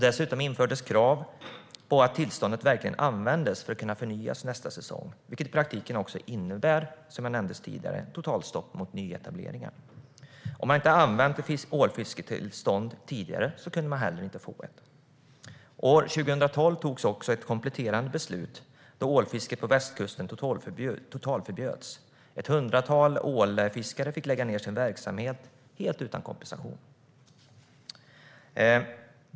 Dessutom infördes krav på att tillståndet verkligen användes för att det skulle kunna förnyas nästa säsong, vilket i praktiken också innebar ett totalstopp mot nyetableringar. Om man inte använt ett ålfisketillstånd kunde man inte heller få ett. År 2012 togs ett kompletterande beslut, då ålfisket på västkusten totalförbjöds. Ett hundratal ålfiskare fick lägga ned sin verksamhet helt utan kompensation.